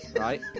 Right